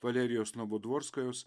valerijos novodvorskajos